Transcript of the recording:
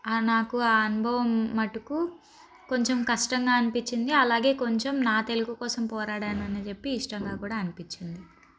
నాకు ఆ అనుభవం మటుకు కొంచెం కష్టంగా అనిపించింది అలాగే కొంచెం నా తెలుగు కోసం పోరాడాను అని చెప్పి ఇష్టంగా కూడా అనిపించింది